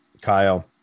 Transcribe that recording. Kyle